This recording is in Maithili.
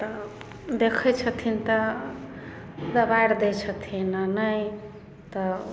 तऽ देखै छथिन तऽ दबाइड़ दै छथिन आ नहि तऽ